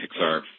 Pixar